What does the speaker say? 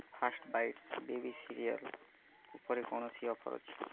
first bites baby cereal ଉପରେ କୌଣସି offer ଅଛି କି